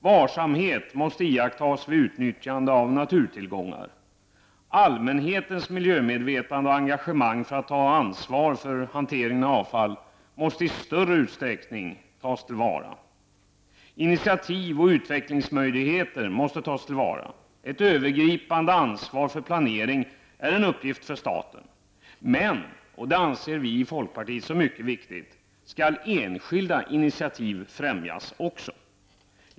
Varsamhet måste iakttas vid utnyttjande av naturtillgångar. Allmänhetens miljömedvetande och engagemang för hanteringen av avfall måste i större utsträckning tas tillvara. Initiativ och utvecklingsmöjligheter måste tas till vara. Ett övergripande ansvar för planering är en uppgift för staten. Men — och det anser vi i folkpartiet som mycket viktigt — enskilda initiativ skall också främjas.